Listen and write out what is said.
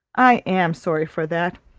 i am sorry for that.